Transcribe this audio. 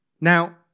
Now